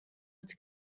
its